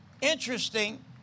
Interesting